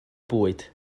bwyd